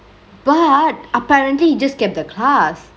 but apparently he just kept the class